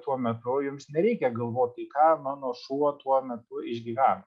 tuo metu jums nereikia galvoti ką mano šuo tuo metu išgyvena